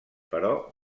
però